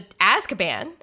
Azkaban